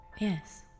Yes